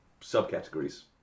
subcategories